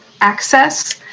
access